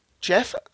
Jeff